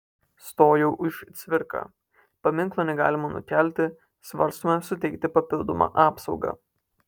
stojo už cvirką paminklo negalima nukelti svarstoma suteikti papildomą apsaugą